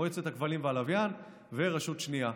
מועצת הכבלים והלוויין והרשות השנייה.